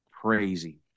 crazy